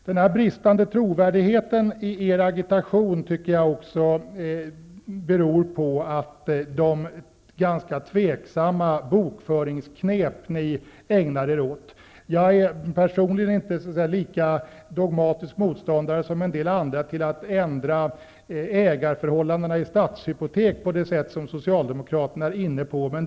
Den bristande trovärdigheten i Socialdemokraternas agitation beror enligt min mening också på de ganska tvivelaktiga bokföringsknep de ägnar sig åt. Jag är personligen inte en lika dogmatisk motståndare som en del andra till att ändra ägarförhållandena i Stadshypotek på det sätt som Socialdemokraterna förespråkar.